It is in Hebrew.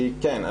שכן,